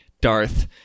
darth